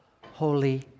holy